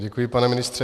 Děkuji, pane ministře.